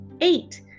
Eight